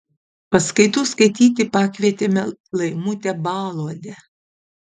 paskaitų skaityti pakvietėme laimutę baluodę